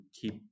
keep